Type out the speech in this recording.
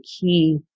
key